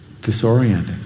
disorienting